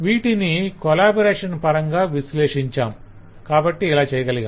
వీటిని కొలాబరేషన్ పరంగా విశ్లేషించాం కాబట్టి ఇలా చేయగలిగాం